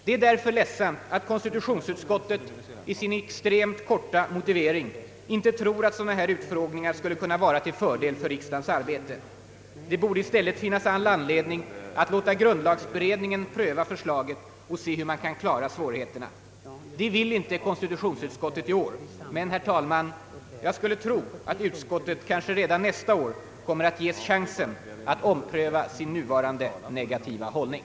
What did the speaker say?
Det är därför ledsamt att konstitutionsutskottet i sin extremt korta motivering inte tror att sådana här utfrågningar skulle kunna vara till fördel för riksdagens arbete. Det borde ju i stället finnas anledning att låta grundlagberedningen pröva förslaget och se hur man kan klara svårigheterna. Det vill inte konstitutionsutskottet i år — men, herr talman, jag skulle tro att utskottet kanske redan nästa år kommer att ges chansen att ompröva sin nuvarande negativa hållning.